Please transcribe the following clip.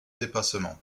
dépassement